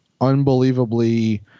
unbelievably